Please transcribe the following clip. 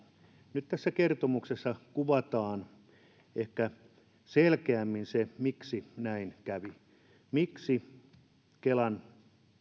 nyt tässä kertomuksessa kuvataan ehkä selkeämmin se miksi näin kävi miksi kelan